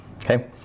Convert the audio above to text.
Okay